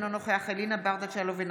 אינו נוכח אלינה ברדץ' יאלוב,